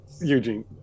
Eugene